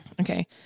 Okay